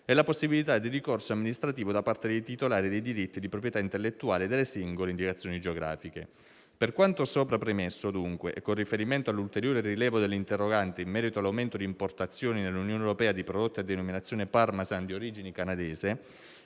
la possibilità di ricorso amministrativo da parte dei titolari dei diritti di proprietà intellettuale delle singole indicazioni geografiche. Per quanto sopra premesso, dunque, e con riferimento all'ulteriore rilievo dell'interrogante in merito al momento di importazioni nell'Unione europea di prodotti a denominazione «Parmesan» di origine canadese,